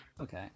Okay